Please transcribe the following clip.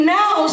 now